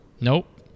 Nope